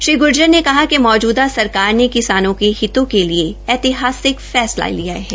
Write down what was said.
श्री गूर्जर ने कहा ँकि मौजूदा सरकार ने किसानों के हितों के लिए ऐतिहासिक फैसले लिए हैं